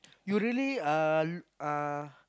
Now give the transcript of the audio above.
you really uh l~ uh